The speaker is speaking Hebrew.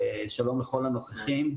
שלום לכל הנוכחים.